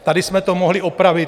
Tady jsme to mohli opravit.